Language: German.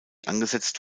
angesetzt